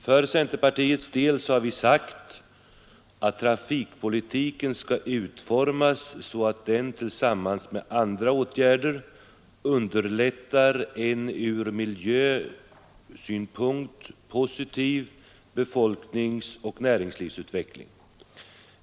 För centerpartiets del har vi sagt att trafikpolitiken skall utformas så att den — tillsammans med andra åtgärder — underlättar en ur miljösynpunkt positiv befolkningsoch näringslivsutveckling.